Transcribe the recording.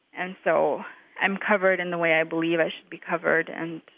and so i'm covered in the way i believe i should be covered, and